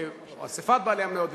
אספת בעלי המניות,